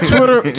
Twitter